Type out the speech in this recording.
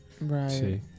Right